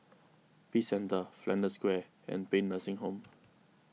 Peace Centre Flanders Square and Paean Nursing Home